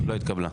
לא התקבלה.